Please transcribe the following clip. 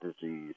disease